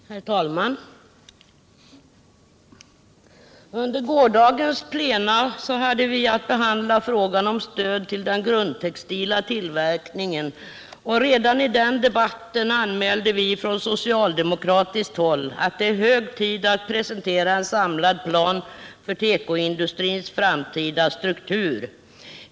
Nr 50 Herr talman! Under gårdagens plenum hade vi att behandla frågan om stöd till den grundtextila tillverkningen, och redan i den debatten anmälde vi från socialdemokratiskt håll att det är hög tid att presentera =— siter en samlad plan för tekoindustrins framtida struktur.